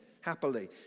happily